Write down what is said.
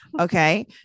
Okay